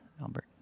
Albert